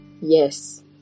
yes